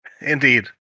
Indeed